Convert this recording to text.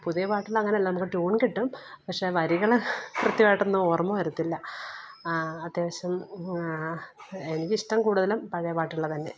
പുതിയ പാട്ടുകള് അങ്ങനല്ല നമുക്ക് ട്യൂണ് കിട്ടും പക്ഷേ വരികൾ കൃത്യമായിട്ടൊന്നും ഓര്മ്മ വരത്തില്ല അത്യാവശ്യം എനിക്കിഷ്ടം കൂടുതലും പഴയ പാട്ടുകൾ തന്നെ